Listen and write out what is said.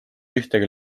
ühtegi